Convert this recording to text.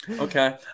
Okay